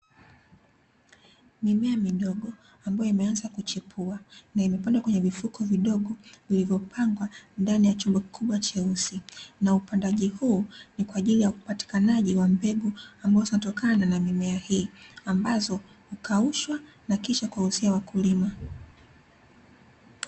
Mimea midogo ambayo imenza kuchipua na imepandwa kwenye vifuko vidogo vilivyopangwa ndani ya chombo kikubwa cheusi. Na upandaji huu ni kwa ajili ya upatikanaji wa mbegu ambazo zinazotokana na mimea hii, ambazo hukaushwa na kisha kuwauzia wakulima.